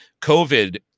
COVID